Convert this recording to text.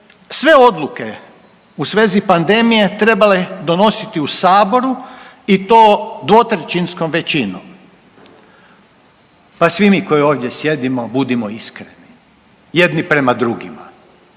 sve odluke u svezi pandemije trebale donositi u saboru i to 2/3 većinom. Pa svi mi koji ovdje sjedimo budimo iskreni jedni prema drugima.